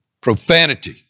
profanity